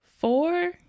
Four